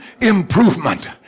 improvement